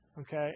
Okay